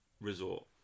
resort